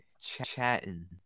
Chatting